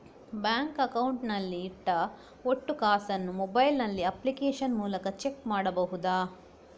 Bank account ನಲ್ಲಿ ಇಟ್ಟ ಒಟ್ಟು ಕಾಸನ್ನು ಮೊಬೈಲ್ ನಲ್ಲಿ ಅಪ್ಲಿಕೇಶನ್ ಮೂಲಕ ಚೆಕ್ ಮಾಡಬಹುದಾ?